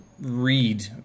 read